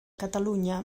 catalunya